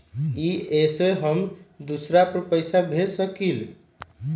इ सेऐ हम दुसर पर पैसा भेज सकील?